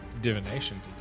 divination